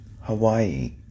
Hawaii